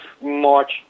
March